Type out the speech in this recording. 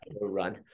run